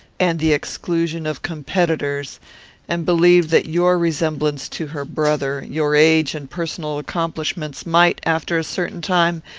and the exclusion of competitors and believed that your resemblance to her brother, your age and personal accomplishments, might, after a certain time,